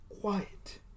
quiet